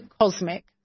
cosmic